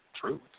truth